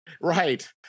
Right